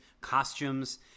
costumes